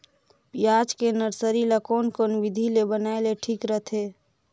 पियाज के नर्सरी ला कोन कोन विधि ले बनाय ले ठीक रथे?